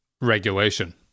regulation